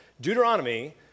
Deuteronomy